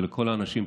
ולכל האנשים,